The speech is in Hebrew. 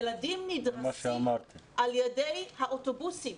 ילדים נדרסים על ידי האוטובוס.